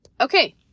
Okay